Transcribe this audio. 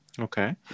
Okay